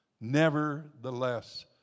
nevertheless